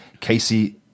Casey